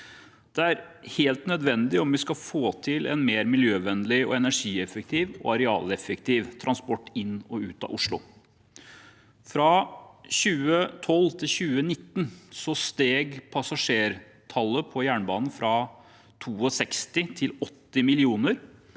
Det er helt nødvendig om vi skal få en mer miljøvennlig, energieffektiv og arealeffektiv transport inn og ut av Oslo. Fra 2012 til 2019 steg passasjertallet på jernbanen fra 62 til 80 millioner